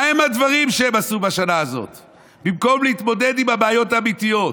מהם הדברים שהם עשו בשנה הזאת במקום להתמודד עם הבעיות האמיתיות?